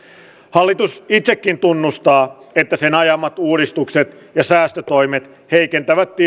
hallitus itsekin tunnustaa että sen ajamat uudistukset ja säästötoimet heikentävät